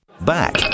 Back